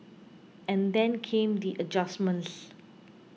and then came the adjustments